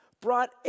brought